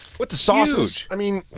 with the sauces. i mean